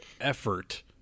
effort